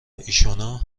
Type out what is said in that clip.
ایشونا